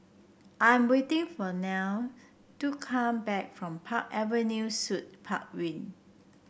I'm waiting for Nile to come back from Park Avenue Suite Park Wing